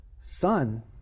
son